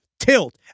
Tilt